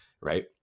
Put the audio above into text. right